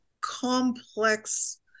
complex